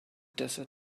desert